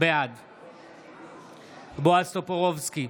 בעד בועז טופורובסקי,